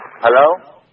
Hello